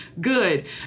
Good